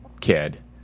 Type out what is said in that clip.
kid